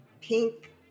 pink